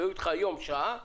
יום שעה,